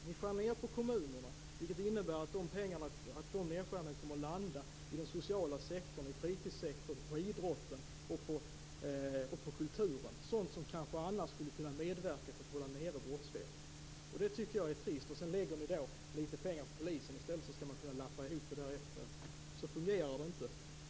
Ni skär ned på kommunerna, vilket innebär att dessa nedskärningar kommer att drabba den sociala sektorn, fritidssektorn, idrotten och kulturen, sådant som kanske skulle kunna medverka till att hålla ned brottsligheten. Det tycker jag är trist. Sedan lägger ni lite pengar på polisen i stället, så att man skall kunna lappa ihop detta efteråt. Så fungerar det inte.